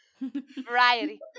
variety